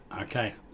Okay